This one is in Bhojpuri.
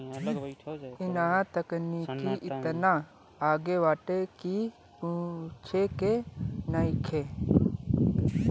इहां तकनीकी एतना आगे बाटे की पूछे के नइखे